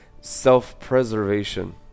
self-preservation